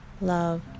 love